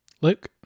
Luke